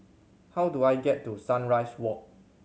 how do I get to Sunrise Walk